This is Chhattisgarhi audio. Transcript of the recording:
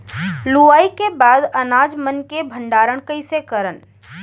लुवाई के बाद अनाज मन के भंडारण कईसे करन?